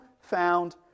found